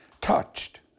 touched